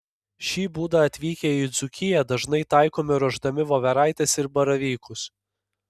šį būdą atvykę į dzūkiją dažnai taikome ruošdami voveraites ir baravykus